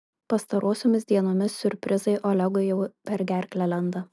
pastarosiomis dienomis siurprizai olegui jau per gerklę lenda